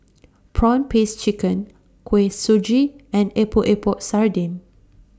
Prawn Paste Chicken Kuih Suji and Epok Epok Sardin